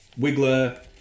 Wiggler